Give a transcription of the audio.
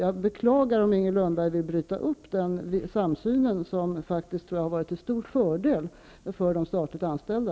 Jag beklagar om Inger Lundberg vill bryta upp den samsyn som har varit till stor fördel för de statligt anställda.